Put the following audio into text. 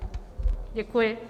Děkuji.